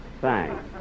Thanks